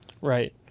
Right